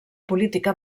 política